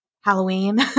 Halloween